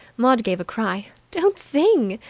maud gave a cry. don't sing!